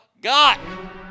got